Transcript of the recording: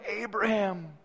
Abraham